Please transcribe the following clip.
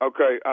Okay